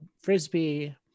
frisbee